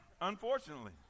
unfortunately